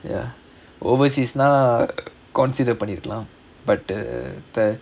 ya overseas னா:naa consider பண்ணிருக்கலாம்:pannirukkalaam but the